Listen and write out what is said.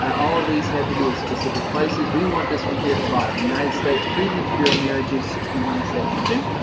all of these have to do with specific places. we want this one here at the bottom, united states freedmen's bureau marriages, sixty one seventy two.